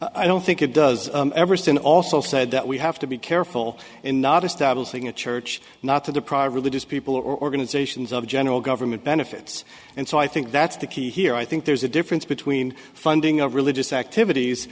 i don't think it does everson also said that we have to be careful in not establishing a church not to deprive religious people or organizations of general government benefits and so i think that's the key here i think there's a difference between funding of religious activities